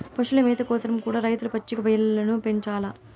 పశుల మేత కోసరం కూడా రైతులు పచ్చిక బయల్లను పెంచాల్ల